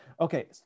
Okay